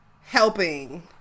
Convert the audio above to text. helping